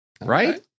right